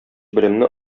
белемне